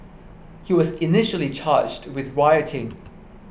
he was initially charged with rioting